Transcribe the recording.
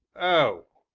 oh!